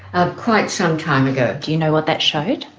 ah quite some time ago. do you know what that showed?